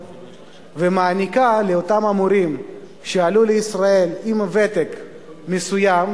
ומעניקה לאותם מורים שעלו לישראל עם ותק מסוים,